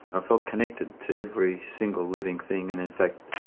i felt connected to every single living thing, and in fact,